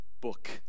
book